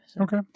Okay